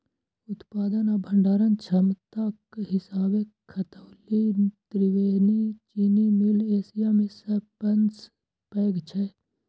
उत्पादन आ भंडारण क्षमताक हिसाबें खतौली त्रिवेणी चीनी मिल एशिया मे सबसं पैघ छै